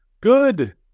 good